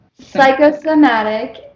Psychosomatic